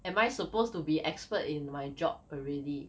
am I suppose to be expert in my job already